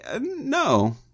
No